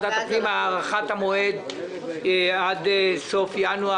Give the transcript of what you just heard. - הארכת המועד עד סוף ינואר.